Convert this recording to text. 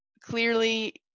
clearly